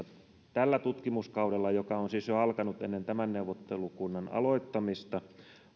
tällä tutkimuskaudella joka siis on alkanut jo ennen tämän neuvottelukunnan aloittamista